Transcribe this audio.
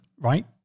right